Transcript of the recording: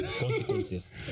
consequences